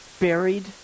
buried